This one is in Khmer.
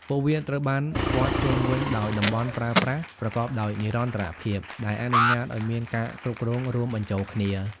ពួកវាត្រូវបានព័ទ្ធជុំវិញដោយតំបន់ប្រើប្រាស់ប្រកបដោយនិរន្តរភាព ដែលអនុញ្ញាតឱ្យមានការគ្រប់គ្រងរួមបញ្ចូលគ្នា។